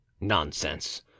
Nonsense